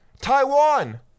Taiwan